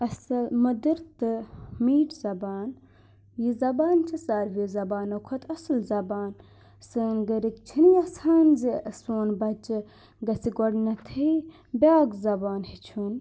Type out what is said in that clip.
اَصٕل مَدٕر تہٕ میٖٹھ زَبان یہِ زَبان چھِ ساروِیَو زبانَو کھۄتہٕ اَصٕل زبان سٲنۍ گَرِکۍ چھِنہٕ یَژھان زِ سون بَچہِ گَژھِ گۄڈنؠتھٕے بیٚاکھ زَبان ہیٚچھُن